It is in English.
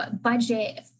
budget